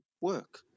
work